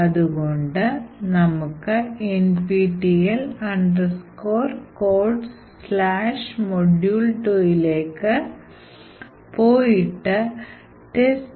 അതുകൊണ്ട് നമുക്ക് nptel codesmodule2ലേക്ക് പോയിട്ട് testcode